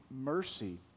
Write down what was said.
mercy